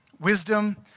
Wisdom